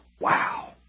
wow